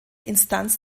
instanz